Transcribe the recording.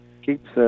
keeps